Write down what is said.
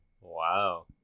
Wow